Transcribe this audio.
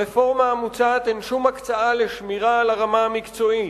ברפורמה המוצעת אין שום הקצאה לשמירה על הרמה המקצועית,